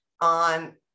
on